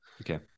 Okay